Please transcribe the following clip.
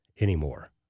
anymore